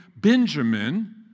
Benjamin